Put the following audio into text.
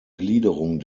gliederung